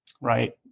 right